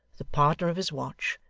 the partner of his watch,